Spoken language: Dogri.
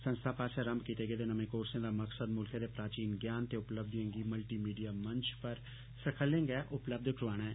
संस्था पास्सेआ रम्म कीते गेदे नमें कोर्से दा मकसद मुल्खै दे प्राचीन ज्ञान ते उपलब्धियें गी मल्टीमीडिया मंच पर सखल्ले गै उपलब्ध करोआना ऐ